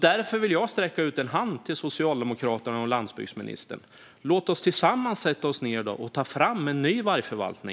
Därför vill jag sträcka ut en hand till Socialdemokraterna och landsbygdsministern. Låt oss tillsammans sätta oss ned och ta fram en ny vargförvaltning!